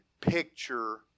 picture